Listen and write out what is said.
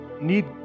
need